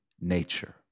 nature